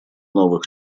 новых